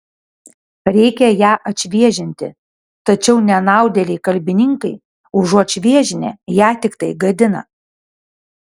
reikia ją atšviežinti tačiau nenaudėliai kalbininkai užuot šviežinę ją tiktai gadina